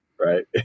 right